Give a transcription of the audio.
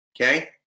Okay